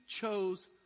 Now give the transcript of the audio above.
chose